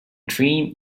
dream